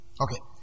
Okay